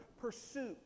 pursuit